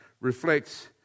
reflects